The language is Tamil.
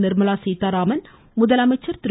நிர்மலா சீத்தாராமன் முதலமைச்சர் திரு